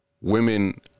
women